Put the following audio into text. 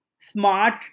smart